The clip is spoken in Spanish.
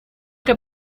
que